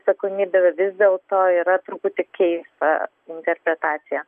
atsakomybė vis dėlto yra truputį keista interpretacija